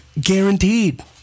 guaranteed